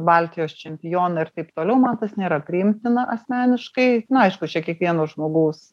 baltijos čempioną ir taip toliau man tas nėra priimtina asmeniškai na aišku čia kiekvieno žmogaus